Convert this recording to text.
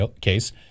case